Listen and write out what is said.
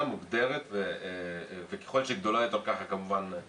מוגדרת וככל שהיא גדולה יותר ככה כמובן זה